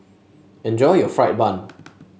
enjoy your fried bun